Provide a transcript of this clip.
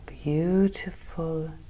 beautiful